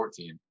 2014